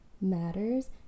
matters